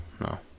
no